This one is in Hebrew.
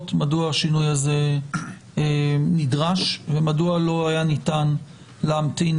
מדוע השינוי הזה נדרש ומדוע לא היה ניתן להמתין